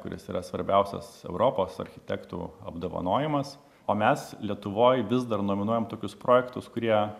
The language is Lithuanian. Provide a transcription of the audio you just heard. kuris yra svarbiausias europos architektų apdovanojimas o mes lietuvoj vis dar nominuojam tokius projektus kurie